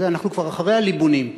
אנחנו כבר אחרי הליבונים.